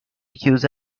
chiuse